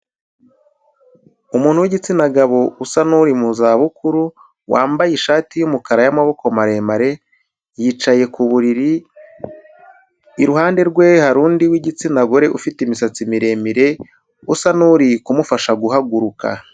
Umuntu w'igitsina gabo usa n'uri mu zabukuru, wambaye ishati y'umukara y'amaboko maremare, yicaye ku buriri, iruhande rwe hari undi w'igitsina gore ufite imisatsi miremire usa n'uri kumufasha guhaguruka.